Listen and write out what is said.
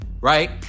right